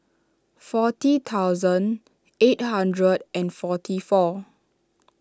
forty thousand eight hundred and forty four